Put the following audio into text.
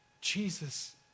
Jesus